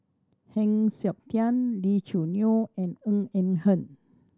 Heng Siok Tian Lee Choo Neo and Ng Eng Hen